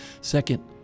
Second